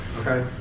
okay